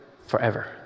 forever